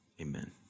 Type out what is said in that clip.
Amen